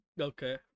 Okay